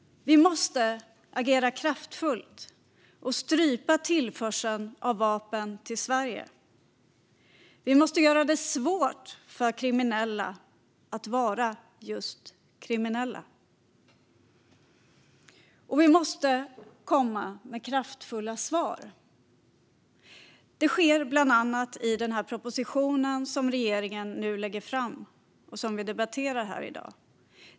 Vi måste agera kraftfullt och strypa tillförseln av vapen till Sverige, vi måste göra det svårt för kriminella att vara just kriminella och vi måste komma med kraftfulla svar. Det sker bland annat genom den proposition som regeringen nu lägger fram och som vi debatterar här i dag.